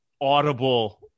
audible